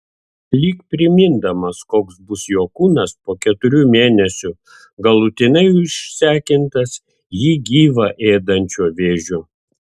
lyg primindamas koks bus jo kūnas po keturių mėnesių galutinai išsekintas jį gyvą ėdančio vėžio